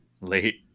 late